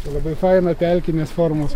labai faina pelkinės formos